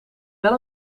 wel